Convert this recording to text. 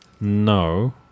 No